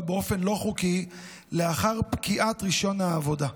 באופן לא חוקי לאחר פקיעת רישיון העבודה.